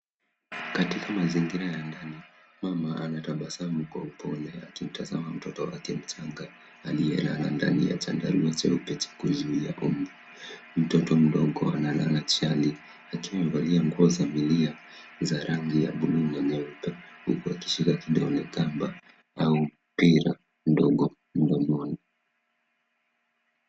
Katika mazingira ya ndani mama ametabasamu kwa upole akimtazama mtoto aliyemchanga aliyelala ndani ya chandarua cheupe ili kuzuia mbu. Mtoto mdogo analala chali akiwa amevalia nguo za milia za rangi rangi ya bluu na nyeupe huku akishika kitu kama kamba au mpira mdogo mdomoni.